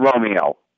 Romeo